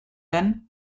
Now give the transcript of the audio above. den